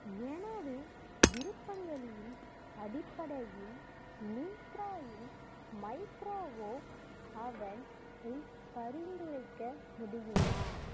எனது விருப்பங்களின் அடிப்படையில் மிந்த்ரா இல் மைக்ரோவோவ் அவென் ஐ பரிந்துரைக்க முடியுமா